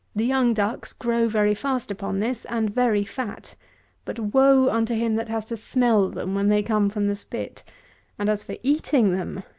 the young ducks grow very fast upon this, and very fat but wo unto him that has to smell them when they come from the spit and, as for eating them,